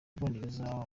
bwongereza